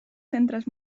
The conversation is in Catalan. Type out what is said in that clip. centres